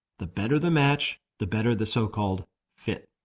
the better the match, the better the so-called fit.